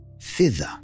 Thither